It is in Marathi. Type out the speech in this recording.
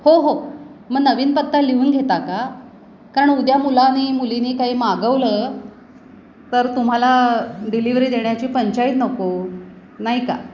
हो हो मग नवीन पत्ता लिहून घेता का कारण उद्या मुलाने मुलीने काही मागवलं तर तुम्हाला डिलिव्हरी देण्याची पंचाईत नको नाही का